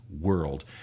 world